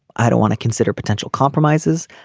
i don't want to consider potential compromises.